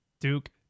Duke